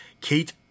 kate